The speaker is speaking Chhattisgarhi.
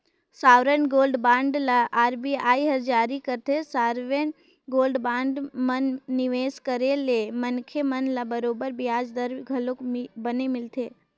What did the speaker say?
सॉवरेन गोल्ड बांड ल आर.बी.आई हर जारी करथे, सॉवरेन गोल्ड बांड म निवेस करे ले मनखे मन ल बरोबर बियाज दर घलोक बने मिलथे